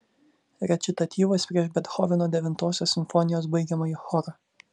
rečitatyvas prieš bethoveno devintosios simfonijos baigiamąjį chorą